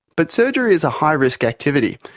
but surgery is a high risk activity,